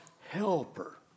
helper